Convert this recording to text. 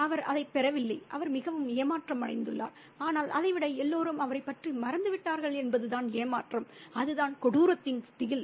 அவர் அதைப் பெறவில்லை அவர் மிகவும் ஏமாற்றமடைந்துள்ளார் ஆனால் அதைவிட எல்லோரும் அவரைப் பற்றி மறந்துவிட்டார்கள் என்பதுதான் ஏமாற்றம் அதுதான் கொடூரத்தின் திகில்